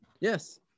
yes